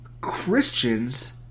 Christians